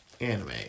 anime